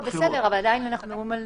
בסדר, אבל אנחנו עדיין מדברים על